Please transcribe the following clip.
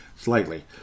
slightly